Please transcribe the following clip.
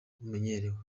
bumenyerewe